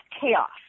chaos